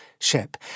ship